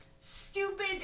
stupid